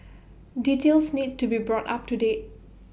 details need to be brought up to date